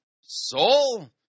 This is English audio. soul